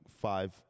five